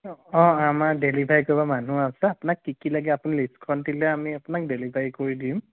অঁ আমাৰ ডেলিভাৰী কৰিব মানুহ আছে আপোনাক কি কি লাগে আপুনি লিষ্টখন দিলে আমি আপোনাক ডেলিভাৰী কৰি দিম